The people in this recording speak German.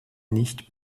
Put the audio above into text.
nicht